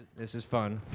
this is fun.